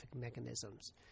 mechanisms